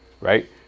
Right